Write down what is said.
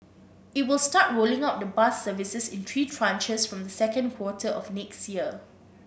it will start rolling out the bus services in three tranches from the second quarter of next year